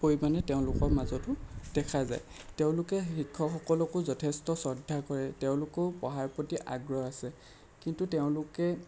পৰিমাণে তেওঁলোকৰ মাজতো দেখা যায় তেওঁলোকে শিক্ষকসকলকো যথেষ্ট শ্ৰদ্ধা কৰে তেওঁলোকৰো পঢ়াৰ প্ৰতি আগ্ৰহ আছে কিন্তু তেওঁলোকে